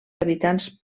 habitants